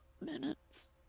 minutes